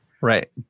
Right